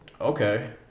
okay